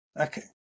Okay